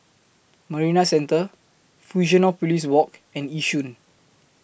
Marina Centre Fusionopolis Walk and Yishun